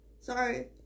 sorry